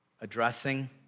addressing